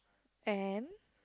and